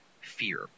fear